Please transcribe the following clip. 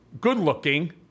good-looking